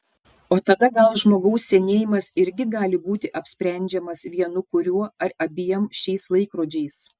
o tada gal žmogaus senėjimas irgi gali būti apsprendžiamas vienu kuriuo ar abiem šiais laikrodžiais